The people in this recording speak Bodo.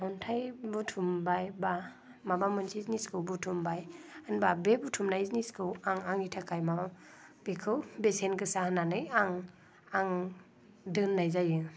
अन्थाइ बुथुमबाय बा माबा मोनसे जिनिसखौ बुथुमबाय होनबा बे बुथुमनाय जिनिसखौ आं आंनि थाखाय माबा बेखौ बेसेन गोसा होननानै आं आं दोननाय जायो